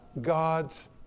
God's